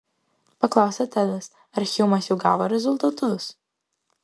paklausė tedas ar hjumas jau gavo rezultatus